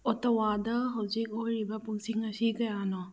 ꯑꯣꯇꯋꯥꯗ ꯍꯧꯖꯤꯛ ꯑꯣꯏꯔꯤꯕ ꯄꯨꯡꯁꯤꯡ ꯑꯁꯤ ꯀꯌꯥꯅꯣ